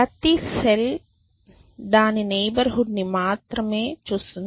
ప్రతి సెల్ దాని neighbourhood ని మాత్రమే చూస్తుంది